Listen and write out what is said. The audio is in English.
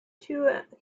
two